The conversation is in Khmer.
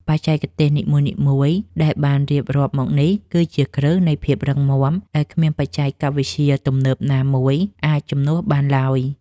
បច្ចេកទេសនីមួយៗដែលបានរៀបរាប់មកនេះគឺជាគ្រឹះនៃភាពរឹងមាំដែលគ្មានបច្ចេកវិទ្យាទំនើបណាមួយអាចជំនួសបានឡើយ។